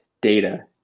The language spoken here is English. data